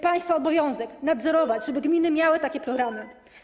Państwa obowiązkiem jest nadzorować, żeby gminy miały takie programy.